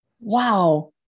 Wow